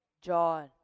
John